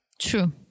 True